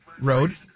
Road